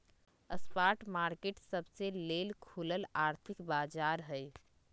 spot market सबके लेल खुलल आर्थिक बाजार हइ